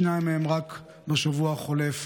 שניים מהם רק בשבוע החולף.